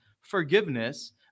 forgiveness